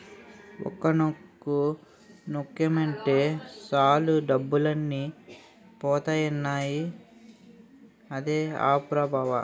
ఒక్క నొక్కు నొక్కేమటే సాలు డబ్బులన్నీ పోతాయన్నావ్ అదే ఆప్ రా బావా?